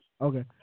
Okay